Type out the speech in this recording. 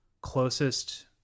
closest